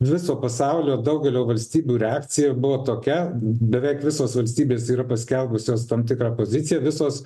viso pasaulio daugelio valstybių reakcija buvo tokia beveik visos valstybės yra paskelbusios tam tikrą poziciją visos